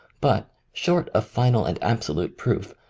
but short of final and absolute proof,